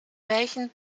welchen